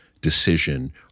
decision